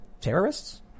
terrorists